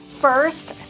First